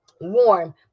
warm